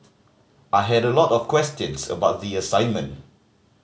I had a lot of questions about the assignment